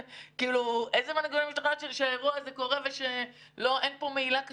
אילו מנגנונים יש לכם לדעת שאין פה מעילה כספית?